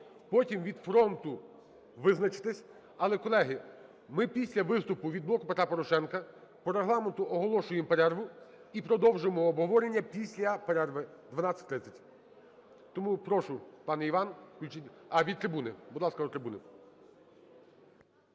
Потім від "Фронту" визначитесь. Але, колеги, ми після виступу від "Блоку Петра Порошенка" по Регламенту оголошуємо перерву і продовжуємо обговорення після перерви о 12:30. Тому прошу, пане Іван, включіть. А, від трибуни, будь ласка, від трибуни.